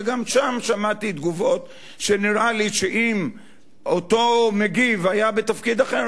וגם שם שמעתי תגובות שנראה לי שאם אותו מגיב היה בתפקיד אחר,